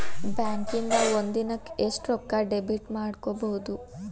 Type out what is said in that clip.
ಬ್ಯಾಂಕಿಂದಾ ಒಂದಿನಕ್ಕ ಎಷ್ಟ್ ರೊಕ್ಕಾ ಡೆಬಿಟ್ ಮಾಡ್ಕೊಬಹುದು?